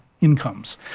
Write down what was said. incomes